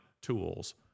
tools